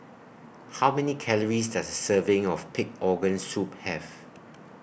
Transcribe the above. How Many Calories Does A Serving of Pig Organ Soup Have